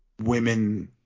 women